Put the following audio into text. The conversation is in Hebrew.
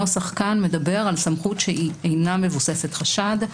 הנוסח כאן מדבר על סמכות שאינה מבוססת חשד.